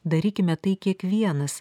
darykime tai kiekvienas